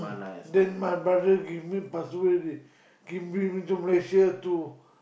then my brother give me password already give me to Malaysia to